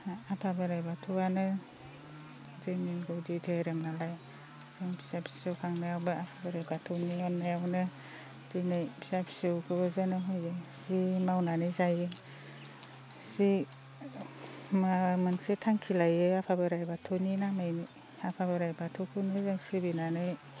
आफा बोराइ बाथौआनो जोंनि गुदि धोरोमनालाय जों फिसा फिसौ खांनायावबो बोराइ बाथौनि अननायावनो दिनै फिसा फिसौखौबो जोनोम होयो जि मावनानै जायो जि माबा मोनसे थांखि लायो आफा बोराइ बाथौनि नामैनो आफा बोराइ बाथौखौनो जों सिबिनानै